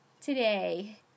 Today